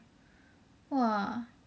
!wah!